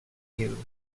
you